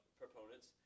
proponents